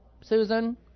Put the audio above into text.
Susan